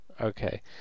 Okay